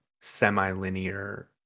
semi-linear